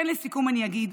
אז, כן, לסיכום אני אגיד